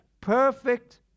perfect